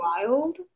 Wild